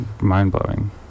mind-blowing